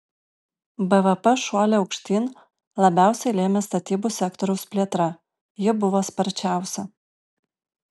bvp šuolį aukštyn labiausiai lėmė statybų sektoriaus plėtra ji buvo sparčiausia